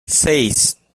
seis